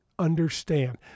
understand